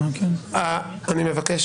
מבקש